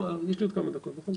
יש לי עוד כמה דקות, נכון?